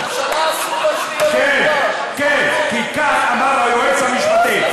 לממשלה אסור להצביע, כן, כי כך אמר היועץ המשפטי.